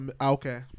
okay